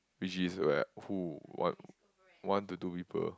which is like who what one to two people